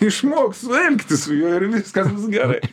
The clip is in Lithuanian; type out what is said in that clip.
išmok su elgtis su juo ir viskas gerai